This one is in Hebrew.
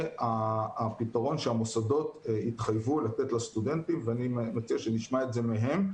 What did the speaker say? הפתרון שהמוסדות התחייבו לתת לסטודנטים ואני מציע שנשמע את זה מהם,